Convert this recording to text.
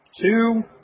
two